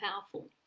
powerful